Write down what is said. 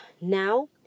Now